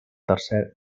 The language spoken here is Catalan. tercer